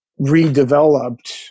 redeveloped